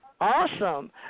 Awesome